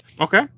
Okay